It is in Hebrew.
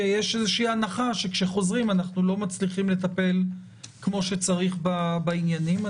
יש איזושהי הנחה שכשחוזרים אנחנו לא מצליחים לטפל כמו שצריך בעניינים.